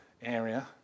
area